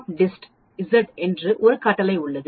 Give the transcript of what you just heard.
NORMSDIST Z என்று ஒரு கட்டளை உள்ளது